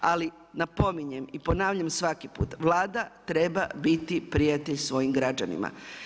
Ali napominjem i ponavljam svaki put, Vlada treba biti prijatelj svojim građanima.